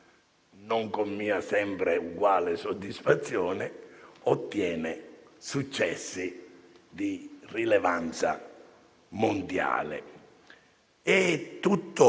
non con mia sempre uguale soddisfazione - ottiene successi di rilevanza mondiale.